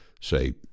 say